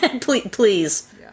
Please